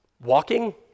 walking